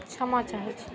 क्षमा चाहैत छी